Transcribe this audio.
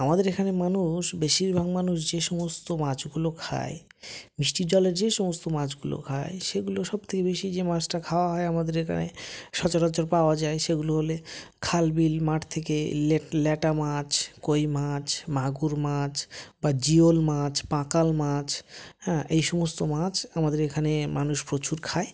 আমাদের এখানে মানুষ বেশিরভাগ মানুষ যে সমস্ত মাছগুলো খায় মিষ্টি জলের যে সমস্ত মাছগুলো খায় সেগুলো সব থেকে বেশি যে মাছটা খাওয়া হয় আমাদের এখানে সচরাচর পাওয়া যায় সেগুলো হলে খাল বিল মাঠ থেকে ল্যাটা মাছ কই মাছ মাগুর মাছ বা জিওল মাছ পাঁকাল মাছ হ্যাঁ এই সমস্ত মাছ আমাদের এখানে মানুষ প্রচুর খায়